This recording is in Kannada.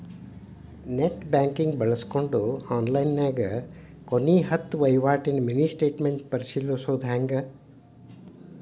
ನೆಟ್ ಬ್ಯಾಂಕಿಂಗ್ ಬಳ್ಸ್ಕೊಂಡ್ ಆನ್ಲೈನ್ಯಾಗ ಕೊನೆ ಹತ್ತ ವಹಿವಾಟಿನ ಮಿನಿ ಸ್ಟೇಟ್ಮೆಂಟ್ ಪರಿಶೇಲಿಸೊದ್ ಹೆಂಗ